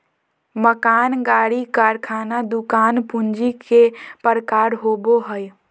मकान, गाड़ी, कारखाना, दुकान पूंजी के प्रकार होबो हइ